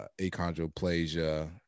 achondroplasia